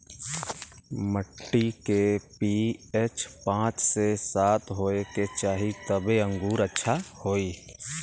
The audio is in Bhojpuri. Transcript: मट्टी के पी.एच पाँच से सात होये के चाही तबे अंगूर अच्छा होई